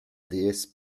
déesse